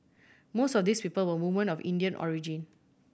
most of these people were woman of Indian origin